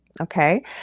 okay